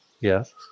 Yes